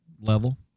level